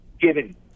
given